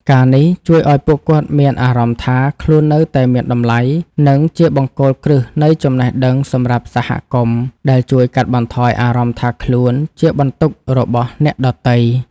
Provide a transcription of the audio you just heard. ការណ៍នេះជួយឱ្យពួកគាត់មានអារម្មណ៍ថា ខ្លួននៅតែមានតម្លៃ និងជាបង្គោលគ្រឹះនៃចំណេះដឹងសម្រាប់សហគមន៍ ដែលជួយកាត់បន្ថយអារម្មណ៍ថាខ្លួនជាបន្ទុករបស់អ្នកដទៃ។